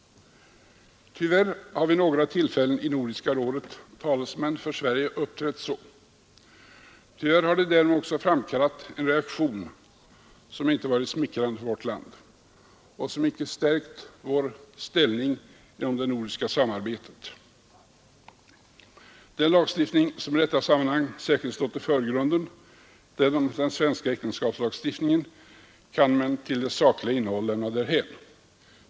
Tyvärr har i Nordiska rådet talesmän för Sverige uppträtt så. Tyvärr har de därmed också framkallat en reaktion, som inte varit smickrande för vårt land och som icke stärkt vår ställning inom det nordiska samarbetet. Den lagstiftning som i detta sammanhang särskilt stått i förgrunden, den svenska äktenskapslagstiftningen, kan man vad beträffar det sakliga innehållet lämna därhän.